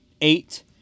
eight